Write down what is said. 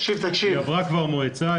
זה עבר כבר מועצה,